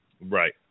Right